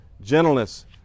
gentleness